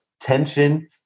Tension